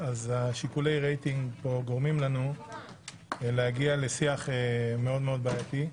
שיקולי הרייטינג גורמים לנו להגיע לשיח מאוד בעייתי,